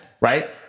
right